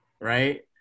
right